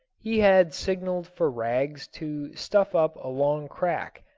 he had signaled for rags to stuff up a long crack,